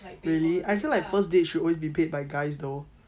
really I fell like first date should always be paid by guys though